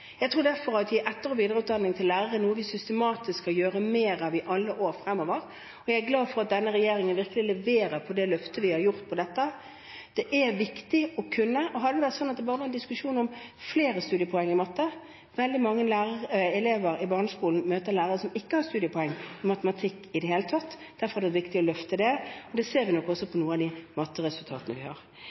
Jeg tror derfor at etter- og videreutdanning til lærere er noe vi systematisk skal gjøre mer av i alle år fremover, og jeg er glad for at denne regjeringen virkelig leverer på det løftet vi har gitt på dette. Det er viktig å kunne, og dette er ikke bare en diskusjon om flere studiepoeng i matte. Veldig mange elever i barneskolen møter lærere som ikke har studiepoeng i matematikk i det hele tatt. Derfor er det viktig å løfte det, og det ser vi nok også på noen av matteresultatene vi har.